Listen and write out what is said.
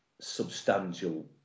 substantial